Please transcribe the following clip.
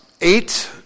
eight